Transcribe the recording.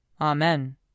Amen